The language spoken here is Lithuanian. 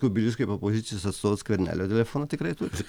kubilius kaip opozicijos atstovas skvernelio telefoną tikrai turi